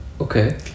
Okay